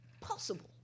Possible